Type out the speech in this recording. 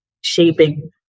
shaping